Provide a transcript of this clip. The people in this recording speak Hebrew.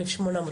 ה-1800?